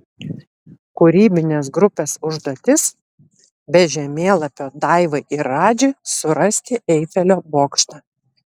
kūrybinės grupės užduotis be žemėlapio daivai ir radži surasti eifelio bokštą